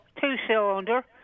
two-cylinder